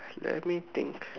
let me think